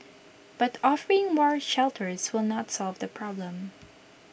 but offering more shelters will not solve the problem